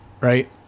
right